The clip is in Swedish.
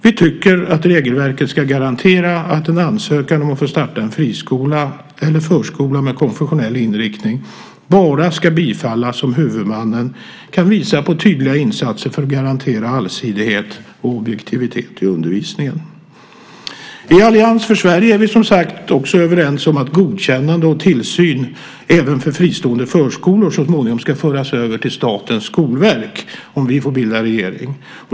Vi tycker att regelverket ska garantera att en ansökan om att få starta en friskola eller förskola med konfessionell inriktning ska bifallas bara om huvudmannen kan visa på tydliga insatser för att garantera allsidighet och objektivitet i undervisningen. I Allians för Sverige är vi som sagt också överens om att godkännande och tillsyn även när det gäller fristående förskolor så småningom ska föras över till Statens skolverk om vi får bilda regering.